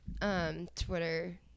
Twitter